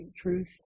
truth